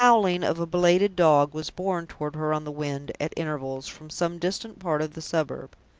the howling of a belated dog was borne toward her on the wind, at intervals, from some distant part of the suburb.